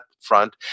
front